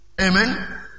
Amen